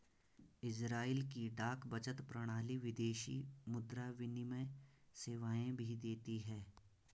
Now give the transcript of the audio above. Israel की डाक बचत प्रणाली विदेशी मुद्रा विनिमय सेवाएं भी देती है